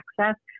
access